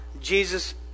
jesus